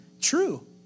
True